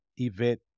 event